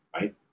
right